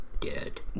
Dead